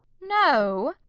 no!